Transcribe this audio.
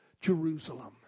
Jerusalem